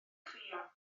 chrio